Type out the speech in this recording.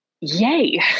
yay